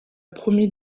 promis